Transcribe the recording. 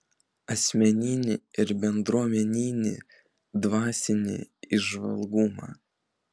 asmeninį ir bendruomeninį dvasinį įžvalgumą